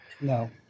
no